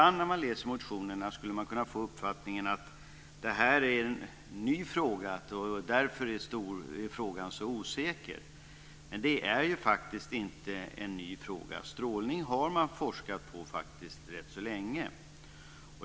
När man läser motionerna skulle man ibland kunna få uppfattningen att detta är en ny fråga och att den därför är så osäker. Men det är det är faktiskt ingen ny fråga. Strålning har man forskat om rätt så länge.